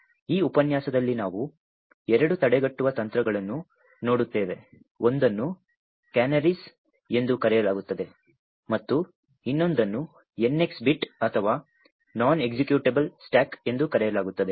ಈ ಉಪನ್ಯಾಸದಲ್ಲಿ ನಾವು ಎರಡು ತಡೆಗಟ್ಟುವ ತಂತ್ರಗಳನ್ನು ನೋಡುತ್ತೇವೆ ಒಂದನ್ನು ಕ್ಯಾನರೀಸ್ ಎಂದು ಕರೆಯಲಾಗುತ್ತದೆ ಮತ್ತು ಇನ್ನೊಂದನ್ನು NX ಬಿಟ್ ಅಥವಾ ನೋನ್ ಎಕ್ಸಿಕ್ಯೂಟಬಲ್ ಸ್ಟಾಕ್ ಎಂದು ಕರೆಯಲಾಗುತ್ತದೆ